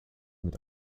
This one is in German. mit